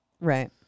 Right